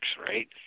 right